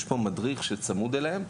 כי יש מדריך שצמוד אליהם,